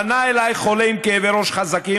פנה אליי חולה עם כאבי ראש חזקים,